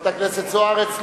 חברת הכנסת זוארץ,